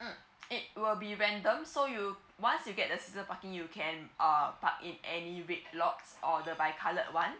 mm it will be random so you once you get a season parking you can uh park it in any red lots or the bi colored one